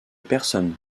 personne